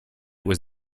was